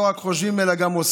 לא רק חושבים, אלא גם עושים,